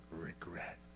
regret